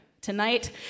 Tonight